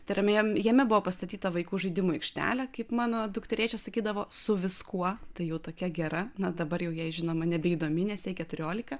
tai yra jam jame buvo pastatyta vaikų žaidimų aikštelė kaip mano dukterėčia sakydavo su viskuo tai jau tokia gera na dabar jau jai žinoma nebeįdomi nes jai keturiolika